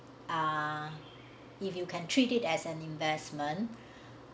ah if you can treat it as an investment